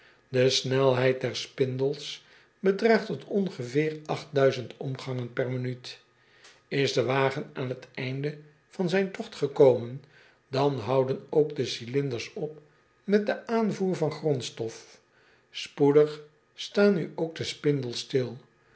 e snelheid der spindels bedraagt tot ongeveer omgangen per minuut s de wagen aan het einde van zijn togt gekomen dan houden ook de cylinders op met den aanvoer van grondstof poedig staan nu ook de spindels stil